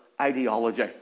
ideology